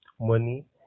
Money